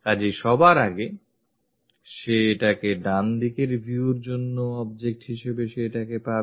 কাজেই সবার আগে সে এটাকে ডান দিকের view র জন্য object হিসেবে সে এটাকে পাবে